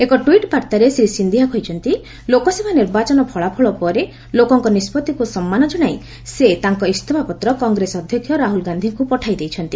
ଏକ ଟ୍ରଇଟ୍ ବାର୍ତ୍ତାରେ ଶ୍ରୀ ସିନ୍ଧିଆ କହିଛନ୍ତି ଲୋକସଭା ନିର୍ବାଚନ ଫଳାଫଳ ପରେ ଲୋକଙ୍କ ନିଷ୍ପତ୍ତିକ୍ ସମ୍ମାନ ଜଣାଇ ସେ ତାଙ୍କ ଇସ୍ତଫାପତ୍ର କଂଗ୍ରେସ ଅଧ୍ୟକ୍ଷ ରାହୁଲ ଗାନ୍ଧୀଙ୍କୁ ପଠାଇ ଦେଇଛନ୍ତି